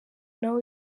nabo